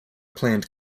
planned